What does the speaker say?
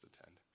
attend